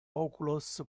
oculos